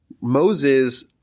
Moses